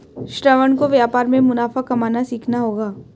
श्रवण को व्यापार में मुनाफा कमाना सीखना होगा